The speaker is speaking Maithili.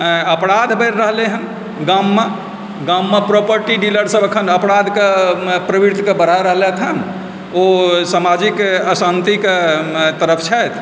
अपराध बढ़ि रहलैहँ गाममे गाममे प्रोपर्टी डीलर सभ एखन अपराधके प्रवृतिके बढ़ा रहलथि हँ ओ समाजीक अशान्तिके तरफ छथि